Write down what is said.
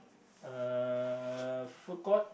uh food court